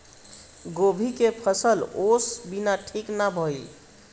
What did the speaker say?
गोभी के फसल ओस बिना ठीक ना भइल